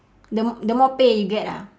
the the more pay you get ah